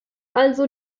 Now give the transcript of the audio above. also